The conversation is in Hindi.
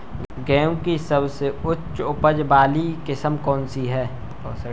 गेहूँ की सबसे उच्च उपज बाली किस्म कौनसी है?